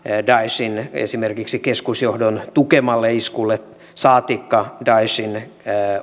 daeshin keskusjohdon tukemalle iskulle saatikka daeshin